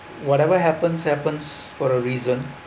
whatever happens happens for a reason